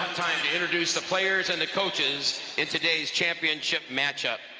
time to introduce the players and the coaches in today's championship matchup.